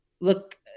look